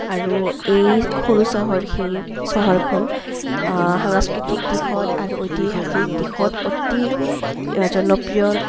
আৰু এই সৰু চহৰখীন চহৰখন সাংস্কৃতিক দিশত আৰু ঐতিহাসিক দিশত অতি জনপ্ৰিয়